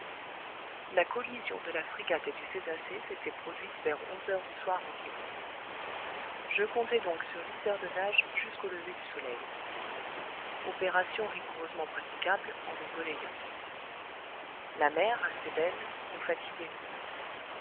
la collision de la frégate et du cétacé s'était produite vers onze heures du soir environ je comptais donc sur huit heures de nage jusqu'au lever du soleil opération rigoureusement praticable en nous relayant la mer assez belle nous fatiguait peu